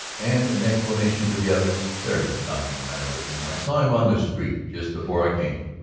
and, in explanation to the others there's nothing the matter with him. i saw him on the street just before i came.